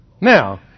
Now